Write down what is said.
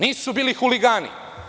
Nisu bili huligani.